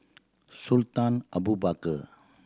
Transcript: Sultan Abu Bakar